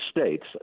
States